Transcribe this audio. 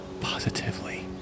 positively